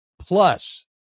Plus